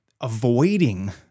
avoiding